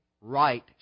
right